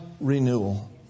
renewal